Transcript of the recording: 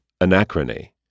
Anachrony